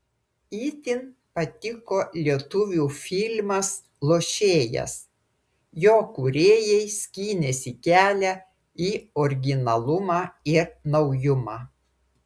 itin patiko lietuvių filmas lošėjas jo kūrėjai skynėsi kelią į originalumą ir naujumą